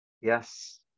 Yes